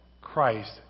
Christ